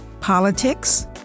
politics